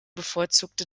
bevorzugte